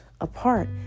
apart